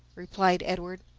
replied edward.